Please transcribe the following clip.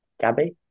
Gabby